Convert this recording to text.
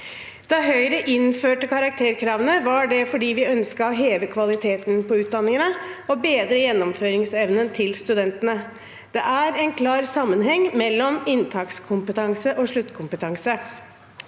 Da Høyre innførte karakterkravene, var det fordi vi ønsket å heve kvaliteten på utdanningene og bedre gjennomføringsevnen til studentene. Det er en klar sammenheng mellom inntakskompetanse og sluttkompetanse.